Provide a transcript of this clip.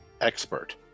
expert